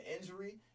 injury